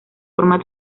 forma